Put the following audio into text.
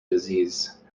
disease